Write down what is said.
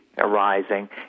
arising